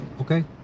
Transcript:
Okay